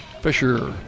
Fisher